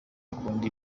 akunda